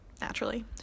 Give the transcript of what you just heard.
Naturally